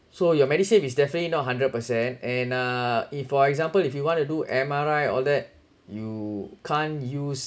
so your medisave is definitely not hundred percent and uh if for example if you want to do M_R_I all that you can't use